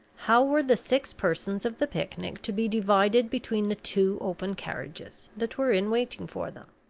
how were the six persons of the picnic to be divided between the two open carriages that were in waiting for them?